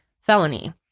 felony